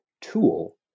tool